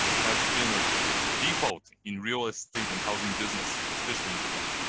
has been a default in real estate and housing business, especially in japan.